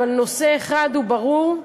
אבל נושא אחד הוא ברור,